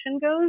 goes